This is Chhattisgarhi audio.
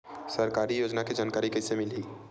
सरकारी योजना के जानकारी कइसे मिलही?